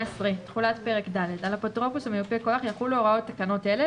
"תחולת פרק ד' 18. על אפוטרופוס ומיופה כוח יחולו הוראות תקנות אלה,